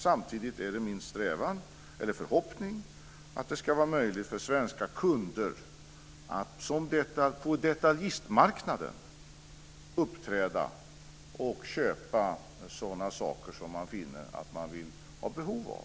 Samtidigt är det min förhoppning att det ska vara möjligt för svenska kunder att på detaljistmarknaden köpa sådana saker som man finner att man har behov av.